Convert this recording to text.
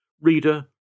Reader